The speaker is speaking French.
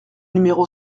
numéro